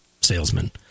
salesman